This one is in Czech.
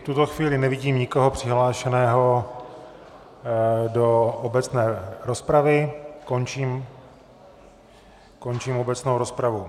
V tuto chvíli nevidím nikoho přihlášeného do obecné rozpravy, končím obecnou rozpravu.